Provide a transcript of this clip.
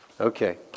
Okay